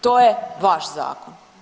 To je vaš zakon.